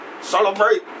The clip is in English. Celebrate